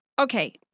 okay